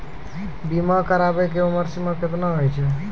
बीमा कराबै के उमर सीमा केतना होय छै?